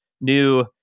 new